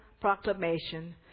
proclamation